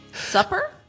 Supper